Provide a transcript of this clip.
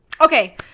Okay